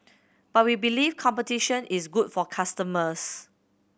but we believe competition is good for customers